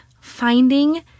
finding